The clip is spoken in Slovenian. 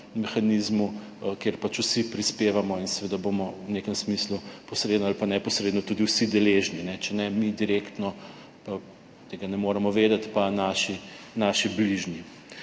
mehanizmu, kjer pač vsi prispevamo in seveda bomo v nekem smislu posredno ali pa neposredno tudi vsi deležni, če ne mi direktno, pa tega ne moremo vedeti, pa naši, naši bližnji.